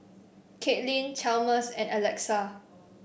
Caitlin Chalmers and Alexa